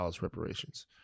reparations